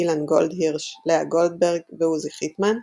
אילן גולדהירש, לאה גולדברג ועוזי חיטמן,